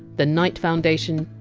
the knight foundation,